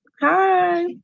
Hi